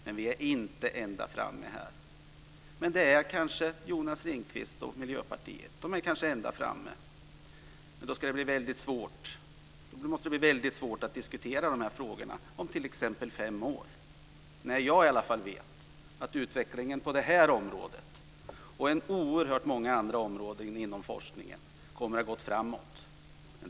Men vi är inte ända framme. Men Jonas Ringqvist och Miljöpartiet är kanske ända framme. Då måste det bli svårt att t.ex. om fem år diskutera dessa frågor. Jag vet att utvecklingen inom detta område och oerhört många andra områden inom forskningen kommer då att ha gått framåt.